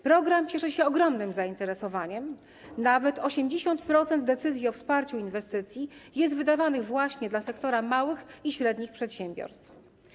Program cieszy się ogromnym zainteresowaniem, nawet 80% decyzji o wsparciu inwestycji jest wydawanych właśnie dla sektora małych i średnich przedsiębiorstw.